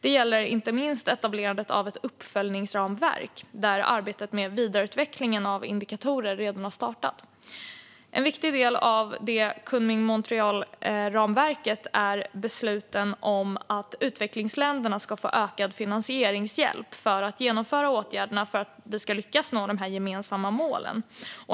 Det gäller inte minst etablerandet av ett uppföljningsramverk, där arbetet med vidareutveckling av indikatorer redan har startat. En viktig del av Kunming-Montréalramverket är besluten om att utvecklingsländer ska få ökad finansieringshjälp för att genomföra åtgärderna för att vi ska lyckas nå de gemensamma målen.